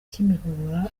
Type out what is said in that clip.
kimihurura